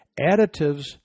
additives